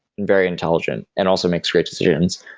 and very intelligent, and also makes great decisions.